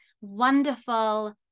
wonderful